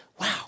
wow